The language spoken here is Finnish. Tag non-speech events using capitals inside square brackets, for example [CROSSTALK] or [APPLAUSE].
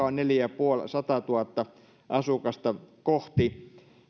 [UNINTELLIGIBLE] on satatuhatta asukasta kohti